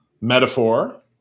Metaphor